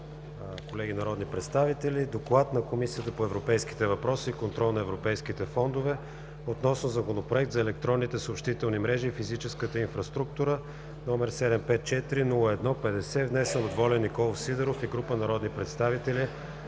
колеги народни представители! „ДОКЛАД на Комисията по европейските въпроси и контрол на европейските фондове относно Законопроект за електронните съобщителни мрежи и физическата инфраструктура № 754-01-50, внесен от Волен Николов Сидеров и група народни представители